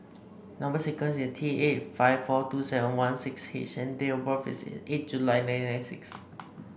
number sequence is T eight five four two seven one six H and date of birth is eight July nineteen ninety six